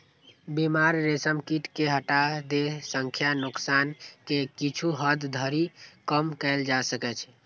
बीमार रेशम कीट कें हटा दै सं नोकसान कें किछु हद धरि कम कैल जा सकै छै